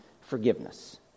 forgiveness